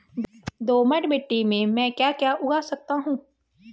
दोमट मिट्टी में म ैं क्या क्या उगा सकता हूँ?